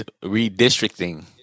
Redistricting